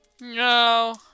No